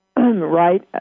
right